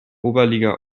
oberliga